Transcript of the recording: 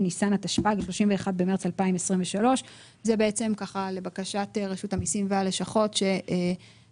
בניסן התשפ"ג (31 במרס 2023). זה לבקשת רשות המסים והלשכות שביקשו